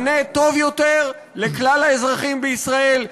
מענה טוב יותר לכלל האזרחים בישראל.